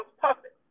puppet